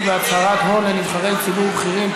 בהצהרות הון לנבחרי ציבור בכירים,